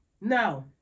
no